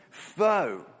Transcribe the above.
foe